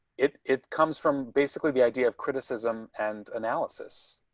it it comes from basically the idea of criticism and analysis.